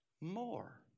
more